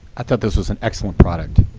i thought this was an excellent product.